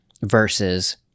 versus